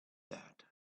that